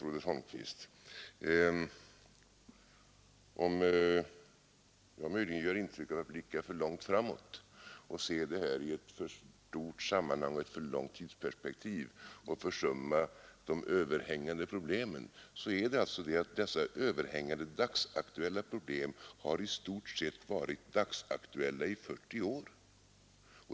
Om jag möjligen gör intryck av att blicka för långt framåt och se det här i ett för långt tidsperspektiv och försumma de överhängande problemen, så beror det på att dessa överhängande, dagsaktuella problem i stort sett har varit dagsaktuella i 40 år.